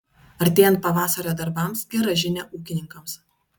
artėjant pavasario darbams gera žinia ūkininkams